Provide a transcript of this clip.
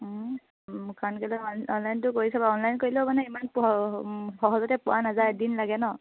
কাৰণ কেলৈ অনলাইনটো কৰি থ'ব অনলাইন কৰিলেও মানে ইমান সহজতে পোৱা নাযায় দিন লাগে ন